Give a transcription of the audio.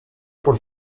por